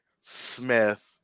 Smith